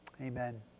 Amen